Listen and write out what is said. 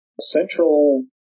central